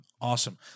Awesome